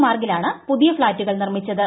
മാർഗിലാണ് പുതിയ ഫ്ളാറ്റുകൾ നിർമിച്ചത്